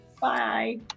Bye